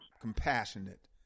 compassionate